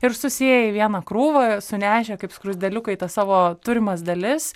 ir susiėję į vieną krūvą sunešę kaip skruzdėliukai tas savo turimas dalis